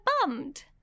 bummed